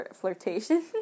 flirtation